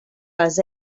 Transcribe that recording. les